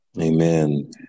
Amen